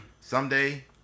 someday